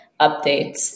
updates